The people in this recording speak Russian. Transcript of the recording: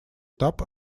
этап